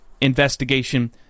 investigation